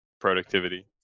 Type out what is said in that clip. productivity